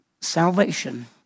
salvation